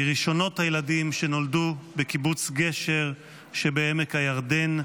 מראשונות הילדים שנולדו בקיבוץ גשר שבעמק הירדן,